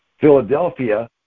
Philadelphia